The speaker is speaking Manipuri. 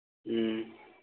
ꯎꯝ